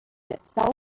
itself